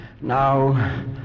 Now